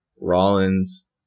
Rollins